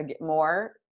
more